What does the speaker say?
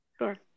Sure